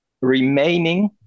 remaining